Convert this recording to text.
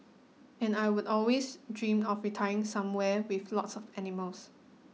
and I would always dreamed of retiring somewhere with lots of animals